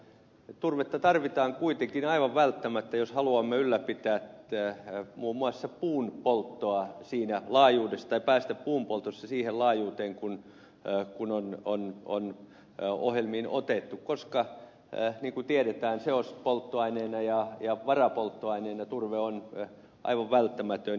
turvetta tarvitaan kuitenkin aivan välttämättä jos haluamme ylläpitää muun muassa puun polttoa siinä laajuudessa tai päästä puun poltossa siihen laajuuteen kuin on ohjelmiin otettu koska niin kuin tiedetään seospolttoaineena ja varapolttoaineena turve on aivan välttämätön